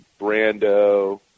Brando